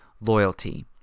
loyalty